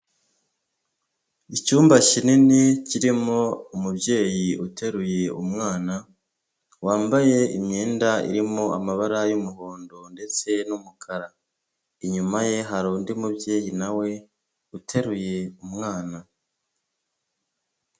Icyumba kinini kirimo umubyeyi uteruye umwana wambaye imyenda irimo amabara y'umuhondo ndetse n'umukara inyuma ye hari undi mubyeyi na we uteruye umwana.